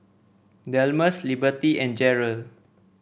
Delmus Liberty and Jarrell